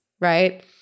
Right